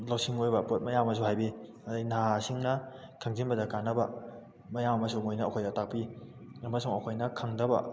ꯂꯧꯁꯤꯡ ꯑꯣꯏꯕ ꯄꯣꯠ ꯃꯌꯥꯝ ꯑꯃꯁꯨ ꯍꯥꯏꯕꯤ ꯑꯗꯩ ꯅꯍꯥꯁꯤꯡꯅ ꯈꯪꯖꯤꯟꯕꯗ ꯀꯥꯟꯅꯕ ꯃꯌꯥꯝ ꯑꯃꯁꯨ ꯃꯣꯏꯅ ꯑꯩꯈꯣꯏꯗ ꯇꯥꯛꯄꯤ ꯑꯃꯁꯨꯡ ꯑꯩꯈꯣꯏꯅ ꯈꯪꯗꯕ